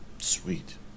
Sweet